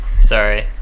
sorry